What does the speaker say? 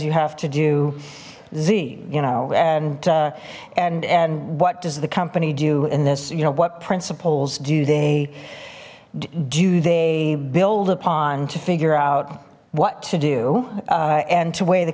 you have to do z you know and and and what does the company do in this you know what principles do they do they build upon to figure out what to do and to weigh the